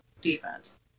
defense